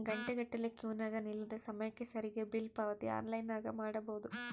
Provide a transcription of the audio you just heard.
ಘಂಟೆಗಟ್ಟಲೆ ಕ್ಯೂನಗ ನಿಲ್ಲದೆ ಸಮಯಕ್ಕೆ ಸರಿಗಿ ಬಿಲ್ ಪಾವತಿ ಆನ್ಲೈನ್ನಾಗ ಮಾಡಬೊದು